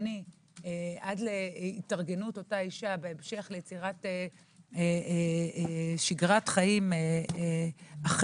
ראשוני עד התארגנות אותה אשה והמשך יצירת שגרת חיים אחרת,